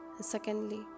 Secondly